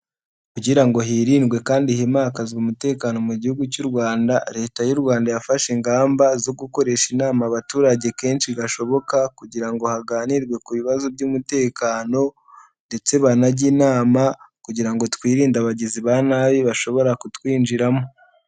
Kugira ngo hirindwe kandi himakazwe umutekano mu gihugu cy'u rwanda, leta y'u rwanda yafashe ingamba zo gukoresha inama abaturage kenshi gashoboka, kugira ngo haganirwe ku bibazo by'umutekano, ndetse banajye inama kugira ngo twirinde abagizi ba nabi bashobora kutwinjiramo.